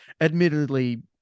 admittedly